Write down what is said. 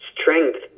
strength